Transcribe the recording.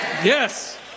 Yes